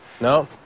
No